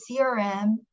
CRM